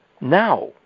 now